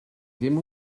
ddim